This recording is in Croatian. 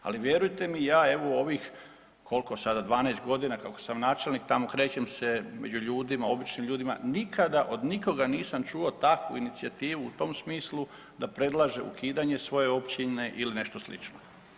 Ali vjerujte mi ja evo u ovih, koliko sada, 12 godina kako sam načelnik tamo krećem se među ljudima, običnim ljudima nikada od nikoga nisam čuo takvu inicijativu u tom smislu da predlaže ukidanje svoje općine ili nešto slično.